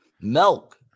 Milk